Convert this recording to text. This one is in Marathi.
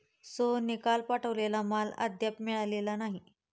सोहनने काल पाठवलेला माल अद्याप मिळालेला नाही